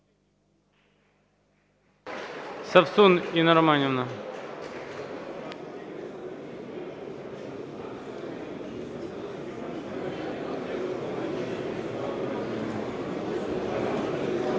Совсун Інна Романівна.